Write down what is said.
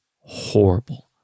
horrible